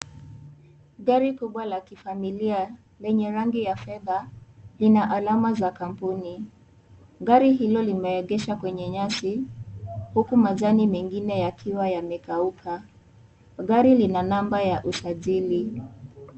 Gari kubwa la kifamilia, lenye rangi ya fedha, lina alama za kampuni. Gari hilo limeegeshwa kwenye nyasi, huku majani mengine yakiwa yamekauka. Gari lina namba ya usajili.